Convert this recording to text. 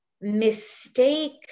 mistake